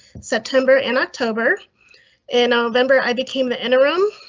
september and october and november, i became the interim,